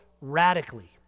radically